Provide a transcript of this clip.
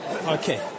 Okay